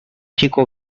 chico